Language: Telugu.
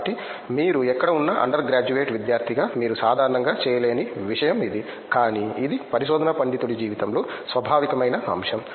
కాబట్టి మీరు ఎక్కడ ఉన్నా అండర్ గ్రాడ్యుయేట్ విద్యార్థిగా మీరు సాధారణంగా చేయలేని విషయం ఇది కానీ ఇది పరిశోధనా పండితుడి జీవితంలో స్వాభావికమైన అంశం